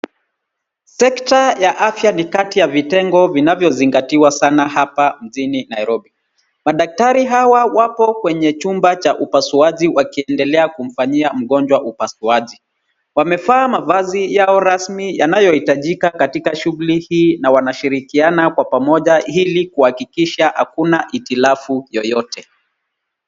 Sekta ya afya ni kati ya vitengo vinavyozingatiwa sana hapa mjini Nairobi. Madaktari hawa wamo katika chumba cha upasuaji wakiendelea kumfanyia mgonjwa upasuaji. Wamevaa mavazi yao rasmi inayohitajika katika shughuli hii na wanashirikiana kwa pamoja ili kuhakikisha hakuna hitilafu yoyote.